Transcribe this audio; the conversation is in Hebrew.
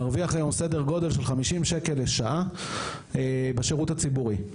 מרוויח היום סדר גודל של 50 שקל לשעה בשירות הציבורי,